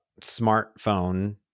smartphone